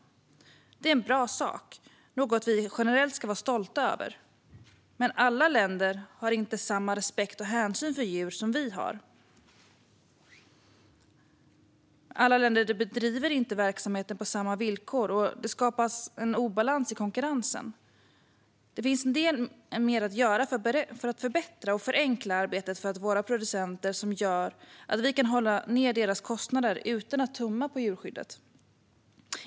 Det är en bra sak, något vi generellt ska vara stolta över. Men alla länder har inte samma respekt och hänsyn för djur som vi har. Alla länder bedriver inte verksamhet på samma villkor, och det skapar obalans i konkurrensen. Det finns en del mer att göra för att förbättra och förenkla arbetet för våra producenter som gör att vi kan hålla nere deras kostnader utan att tumma på djurskyddet.